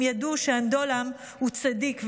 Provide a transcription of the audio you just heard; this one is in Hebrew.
הם ידעו שאנדועלם הוא צדיק,